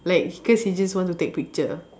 like cause he just want to take picture